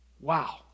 Wow